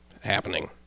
happening